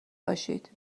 باشید